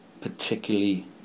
particularly